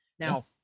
Now